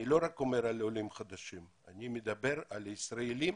אני לא מדבר רק על עולים חדשים אלא אני מדבר גם על ישראלים